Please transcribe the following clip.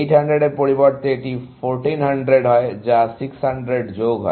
800 এর পরিবর্তে এটি 1400 হয়ে যায় যা 600 যোগ হয়